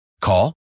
Call